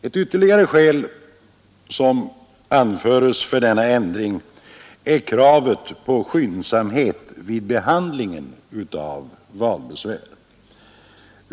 Ett ytterligare skäl som anföres för denna ändring är kravet på skyndsamhet vid behandlingen av valbesvär.